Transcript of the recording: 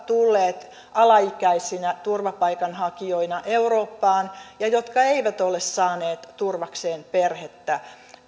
tulleet alaikäisinä turvapaikanhakijoina eurooppaan ja jotka eivät ole saaneet turvakseen perhettä